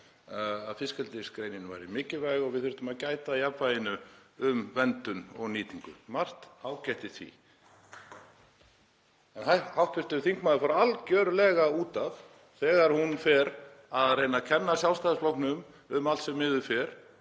að fiskeldisgreinin væri mikilvæg og við þyrftum að gæta að jafnvæginu um verndun og nýtingu, margt ágætt í því. En hv. þingmaður fór algjörlega út af þegar hún fór að reyna að kenna Sjálfstæðisflokknum um allt sem miður fer,